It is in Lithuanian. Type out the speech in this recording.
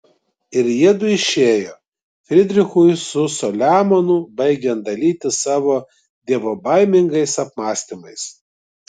ir jiedu išėjo frydrichui su saliamonu baigiant dalytis savo dievobaimingais apmąstymais